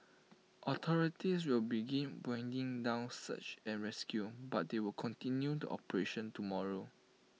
authorities will begin winding down search and rescue but they will continue the operation tomorrow